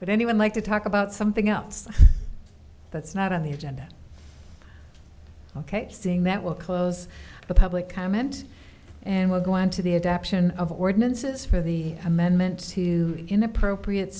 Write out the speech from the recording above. would anyone like to talk about something else that's not on the agenda ok seeing that will close the public comment and we're going to the adoption of ordinances for the amendment in appropriate